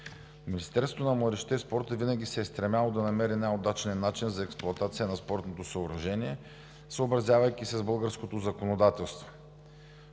Министерството на младежта и спорта винаги се е стремяло да намери най-удачния начин за експлоатация на спортното съоръжение, съобразявайки се с българското законодателство.